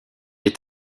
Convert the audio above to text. est